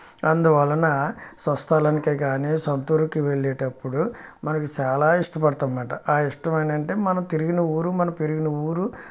అందువలన స్వస్థలానికి కానీ సొంత ఊరికి వెళ్ళేటప్పుడు మనకు చాలా ఇష్టపడతాం అన్నమాట ఆ ఇష్టం ఏంటంటే మనం తిరిగిన ఊరు మన పెరిగిన ఊరు